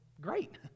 great